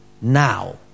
now